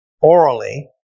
orally